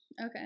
Okay